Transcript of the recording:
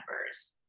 numbers